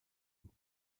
und